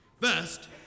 First